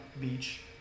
beach